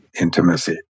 intimacy